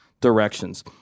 directions